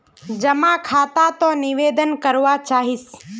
जमा खाता त निवेदन करवा चाहीस?